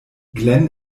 glenn